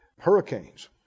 hurricanes